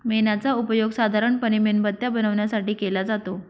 मेणाचा उपयोग साधारणपणे मेणबत्त्या बनवण्यासाठी केला जातो